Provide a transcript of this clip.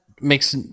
makes